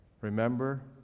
Remember